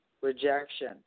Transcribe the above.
rejection